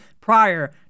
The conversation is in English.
prior